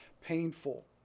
painful